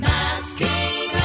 Masking